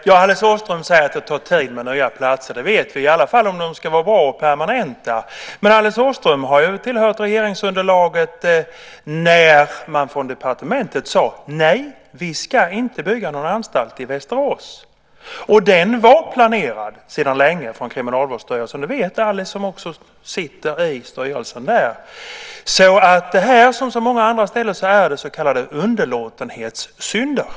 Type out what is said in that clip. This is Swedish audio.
Fru talman! Alice Åström säger att det tar tid att inrätta nya platser - och det vet vi - i alla fall om de ska vara bra och permanenta. Men Alice Åström tillhörde ju regeringsunderlaget när man från departementet sade: Nej, vi ska inte bygga någon anstalt i Västerås. Den anstalten hade Kriminalvårdsstyrelsen planerat sedan länge, det vet Alice som också sitter i den styrelsen. Här som på så många andra ställen handlar det om underlåtenhetssynder.